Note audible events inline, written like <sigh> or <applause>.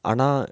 ஆனா:aana <noise>